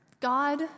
God